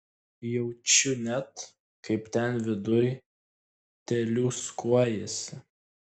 jaučiu net kaip ten viduj teliūskuojasi